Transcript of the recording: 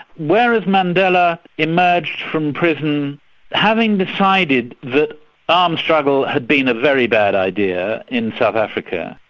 whereas mandela emerged from prison having decided that armed struggle had been a very bad idea in south africa,